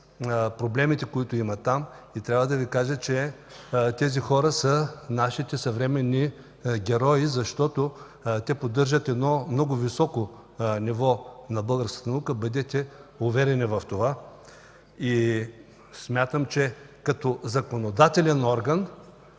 проблемите, които има там. Трябва да Ви кажа, че тези хора са нашите съвременни герои, защото те поддържат много високо ниво на българската наука – бъдете уверени в това. Смятам, че като законодателен орган